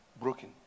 broken